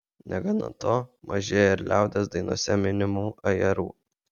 negana to mažėja ir liaudies dainose minimų ajerų